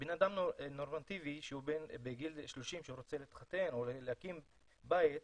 בן אדם נורמטיבי בגיל 30 שרוצה להתחתן או להקים בית,